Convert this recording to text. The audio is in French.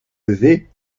levés